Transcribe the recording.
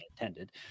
intended